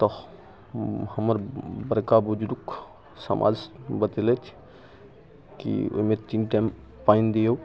तऽ हमर बड़का बुजुर्ग समाज बतेलथि की ओइमे तीन टाइम पानि दियौ